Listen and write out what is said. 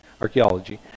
archaeology